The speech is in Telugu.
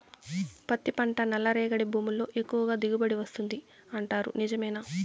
పత్తి పంట నల్లరేగడి భూముల్లో ఎక్కువగా దిగుబడి వస్తుంది అంటారు నిజమేనా